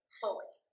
fully